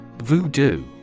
voodoo